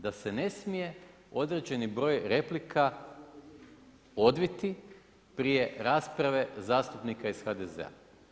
Da se ne smije određeni broj replika odviti prije rasprave zastupnika iz HDZ-a.